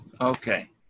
okay